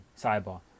cyber